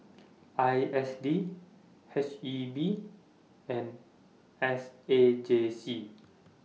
I S D H E B and S A J C